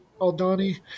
Aldani